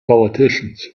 politicians